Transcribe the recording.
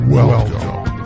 Welcome